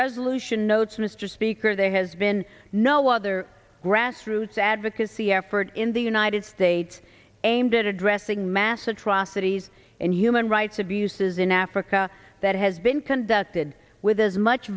resolution notes mr speaker there has been no other grassroots advocacy effort in the united states aimed at addressing mass atrocities and human rights abuses in africa that has been conducted with as much